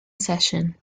session